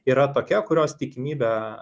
yra tokia kurios tikimybė